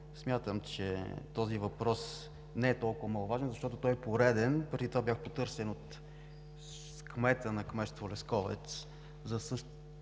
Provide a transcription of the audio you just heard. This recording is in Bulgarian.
Смятам, че този въпрос не е толкова маловажен, защото е пореден. Преди това бях потърсен от кмета на кметство Лесковец за такъв